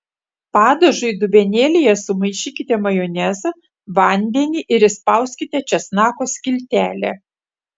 padažui dubenėlyje sumaišykite majonezą vandenį ir įspauskite česnako skiltelę